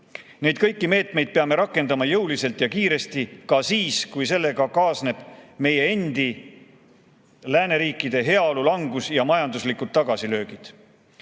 Neid kõiki meetmeid peame rakendama jõuliselt ja kiiresti ka siis, kui sellega kaasneb meie endi, lääneriikide heaolu langus ja [järgnevad] majanduslikud tagasilöögid. NATO